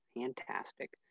Fantastic